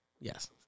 Yes